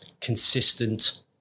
consistent